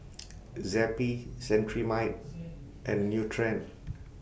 Zappy Cetrimide and Nutren